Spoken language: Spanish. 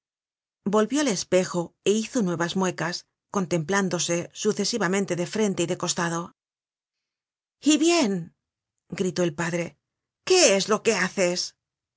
volvió al espejo é hizo nuevas muecas contemplándose sucesivamente de frente y de costado y bien gritó el padre qué es lo que haces